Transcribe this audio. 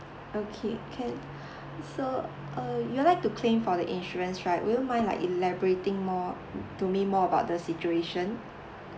okay can so uh you would like to claim for the insurance right would you mind like elaborating more to me more about the situation